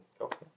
okay